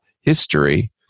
history